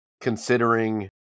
considering